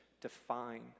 define